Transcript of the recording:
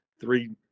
three